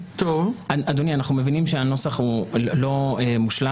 אדוני, אנחנו מבינים שהנוסח לא מושלם.